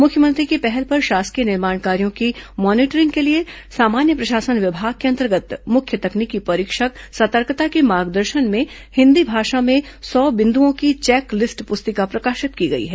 मुख्यमंत्री की पहल पर शासकीय निर्माण कार्यो की मॉनिटरिंग के लिए सामान्य प्रशासन विभाग के अंतर्गत मुख्य तकनीकी परीक्षक सतर्कता के मार्गदर्शन में हिन्दी भाषा में सौ बिंदुओं की चेक लिस्ट पुस्तिका प्रकाशित की गई है